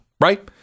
Right